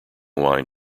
wine